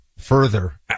further